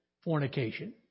fornication